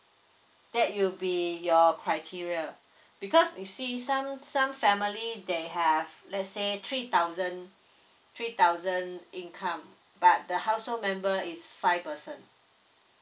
that will be your criteria because you see some some family they have let's say three thousand three thousand income but the household member is five person